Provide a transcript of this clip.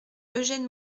eugène